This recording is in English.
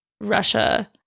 Russia